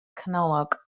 canolog